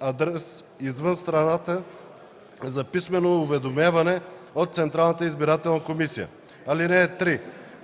адрес извън страната за писмено уведомяване от Централната избирателна комисия. (3)